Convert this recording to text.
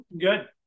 Good